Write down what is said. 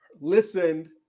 listened